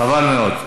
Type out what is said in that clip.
חבל מאוד.